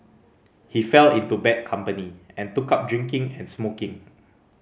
he fell into bad company and took up drinking and smoking